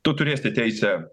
tu turėsi teisę